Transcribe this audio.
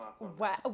Wow